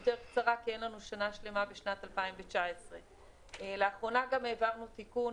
יותר קצרה כי אין לנו שנה שלמה בשנת 2019. לאחרונה גם העברנו תיקון